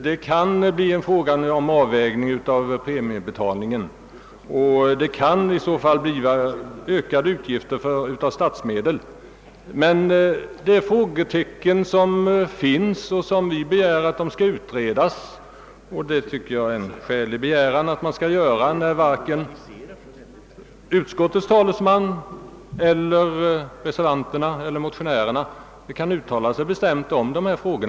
Det kan därför bli fråga om en avvägning av premiebetalningen, som leder till ökade statsbidrag. Men det finns frågetecken i detta sammanhang, och vi begär att dessa punkter skall utredas. Jag tycker det är en skälig begäran, eftersom varken utskottets talesman, reservanterna eller motionärerna kan uttala sig bestämt om dessa frågor.